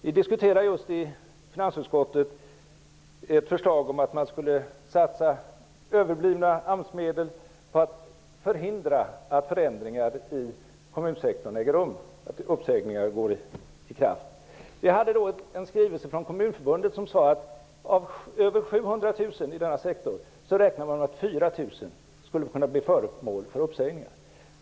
Vi diskuterar just i finansutskottet ett förslag om att satsa överblivna AMS-medel på att förhindra att förändringar i kommunsektorn äger rum, att uppsägningar träder i kraft. Vi hade en skrivelse från Kommunförbundet som sade att av över 700 000 i denna sektor räknar man med att 4 000 skulle kunna bli föremål för uppsägningar.